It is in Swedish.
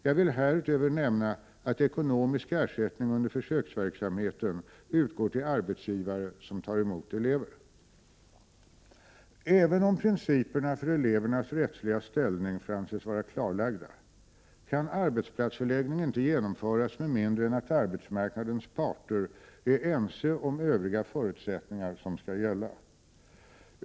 Jag vill härutöver nämna att ekonomisk ersättning under försöksverksamheten utgår till arbetsgivare som tar emot elever. Även om principerna för elevernas rättsliga ställning får anses vara klarlagda, kan arbetsplatsförläggning inte genomföras med mindre än att arbetsmarknadens parter är ense om övriga förutsättningar som skall gälla.